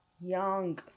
young